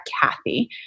Kathy